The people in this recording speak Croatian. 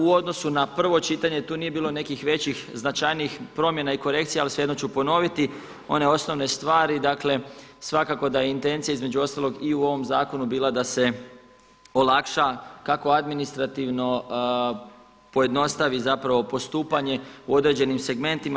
U odnosu na prvo čitanje, tu nije bilo nekih većih, značajnijih promjena i korekcija, ali svejedno ću ponoviti one osnovne stvari, dakle svakako da je intencija između ostalog i u ovom zakonu bila da se olakša kako administrativno pojednostavi zapravo postupanje u određenim segmentima.